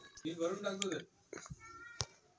एरोपोनिक्सचे फायदे बरेच आहेत आणि तोटे काही कमी आहेत